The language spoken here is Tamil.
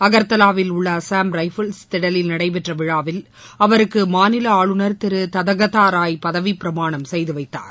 அகர்தலாவில் உள்ள அஸ்ஸாம் ரைஃபிள்ஸ் திடலில் நடைபெற்ற விழாவில் அவருக்கு மாநில ஆளுநர் திரு ததகதா ராய் பதவிப்பிரமாணம் செய்துவைத்தார்